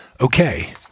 Okay